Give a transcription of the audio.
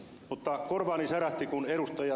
mutta korvaani särähti kun ed